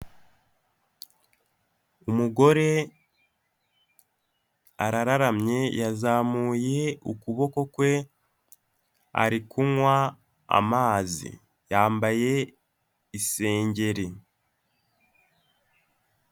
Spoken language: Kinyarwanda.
Umugore arararamye yazamuye ukuboko kwe, ari kunywa amazi, yambaye isengeri.